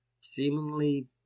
seemingly